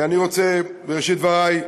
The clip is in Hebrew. אני רוצה בראשית דברי,